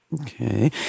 Okay